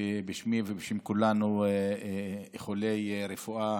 בשמי ובשם כולנו איחולי רפואה